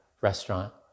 restaurant